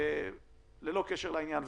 ללא קשר לעניין,